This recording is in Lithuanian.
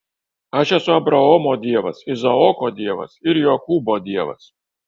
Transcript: aš esu abraomo dievas izaoko dievas ir jokūbo dievas